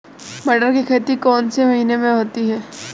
मटर की खेती कौन से महीने में होती है?